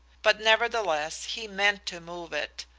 but nevertheless he meant to move it,